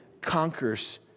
conquers